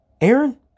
Aaron